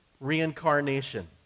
reincarnation